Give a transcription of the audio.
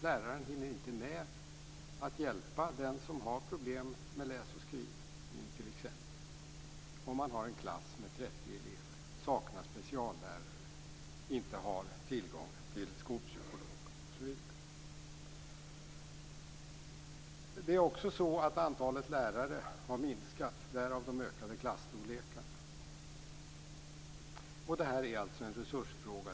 Läraren hinner inte med att hjälpa den som har problem med att läsa eller skriva t.ex. om man har en klass med 30 elever, saknar speciallärare och inte har tillgång till skolpsykolog osv. Antalet lärare har också minskat. Därav de ökade klasstorlekarna. Detta är alltså en resursfråga.